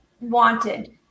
wanted